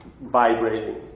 vibrating